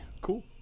Cool